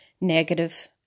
negative